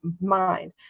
mind